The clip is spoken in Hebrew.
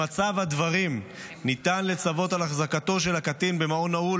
במצב הדברים ניתן לצוות על החזקתו של הקטין במעון נעול